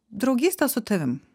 draugyste su tavim